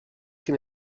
cyn